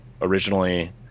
originally